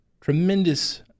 tremendous